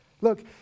Look